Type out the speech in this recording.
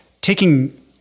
taking